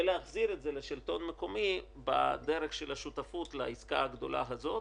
ולהחזיר את זה לשלטון המקומי בדרך של השותפות לעסקה הגדולה הזאת,